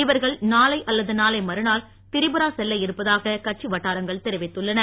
இவர்கள் நாளை அல்லது நாளை மறுநாள் திரிபுரா செல்ல இருப்பதாக கட்சி வட்டா ரங்கள் தெரிவித்துள்ளன